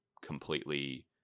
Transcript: completely